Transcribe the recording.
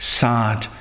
sad